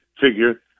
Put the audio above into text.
figure